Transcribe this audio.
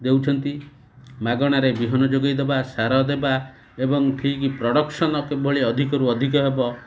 ଦେଉଛନ୍ତି ମାଗଣାରେ ବିହନ ଯୋଗେଇଦବା ସାର ଦେବା ଏବଂ ଠିକ୍ ପ୍ରଡ଼କ୍ସନ୍ କିଭଳି ଅଧିକରୁ ଅଧିକ ହେବ